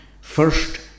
first